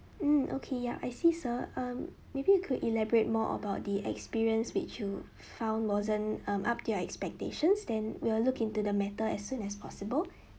mm okay ya I see sir um maybe you could elaborate more about the experience which you found wasn't um up to your expectations then we will look into the matter as soon as possible